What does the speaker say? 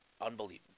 unbelievable